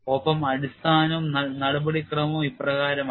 ഒപ്പം അടിസ്ഥാനവും നടപടിക്രമം ഇപ്രകാരമാണ്